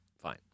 fine